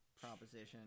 proposition